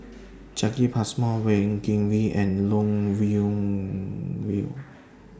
Jacki Passmore Wee Kim Wee and Lee Wung Yew